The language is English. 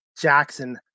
Jackson